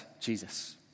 Jesus